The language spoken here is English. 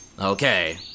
Okay